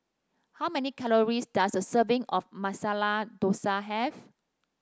how many calories does a serving of Masala Dosa have